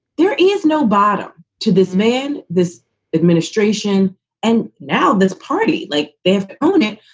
there is no bottom to this man, this administration and now this party, like they have owned it.